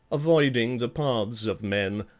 avoiding the paths of men,